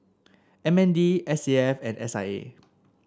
M N D S A F and S I A